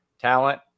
talent